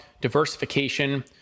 diversification